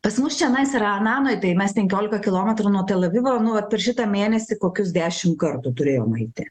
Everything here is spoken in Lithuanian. pas mus čionais yra rananoj tai mes penkiolika kilometrų nuo tel avivo nu vat per šitą mėnesį kokius dešim kartų turėjom eiti